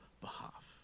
behalf